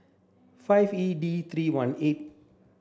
five E D three one eight